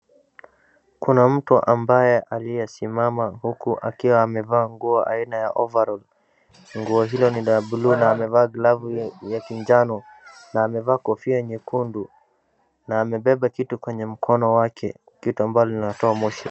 Kuna mtu ambaye aliyesimama huku akiwa amevaa nguo aina ya overall . Nguo hilo ni la bluu na amevaa glavu ya kijano na amevaa kofia nyekundu na amebeba kitu kwenye mkono wake, kitu ambalo linatoa moshi.